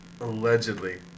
Allegedly